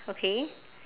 okay